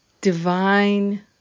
divine